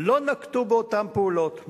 הן לא נקטו אותן פעולות?